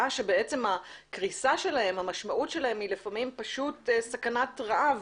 וחוות שהקריסה שלהם המשמעות היא לפעמים סכנת רעב